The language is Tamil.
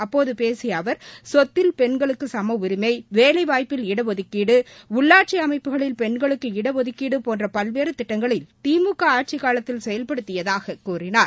அப்போது பேசிய அவர் சொத்தில் பெண்களுக்கு சம உரிமை வேலைவாய்ப்பில் இடஒதுக்கீடு உள்ளாட்சி அமப்புகளில் பெண்களுக்கு இடஒதுக்கீடு போன்ற பல்வேறு திட்டங்களை திமுக ஆட்சிக்காலத்தில் செயல்படுத்தியதாகக் கூறினார்